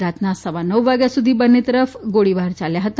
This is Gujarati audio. રાતના સવા નવ વાગ્યા સુધી બંને તરફથી ગોળીબાર યાલ્યા હતા